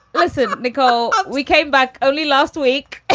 i said nicole. we came back only last week